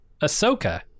ahsoka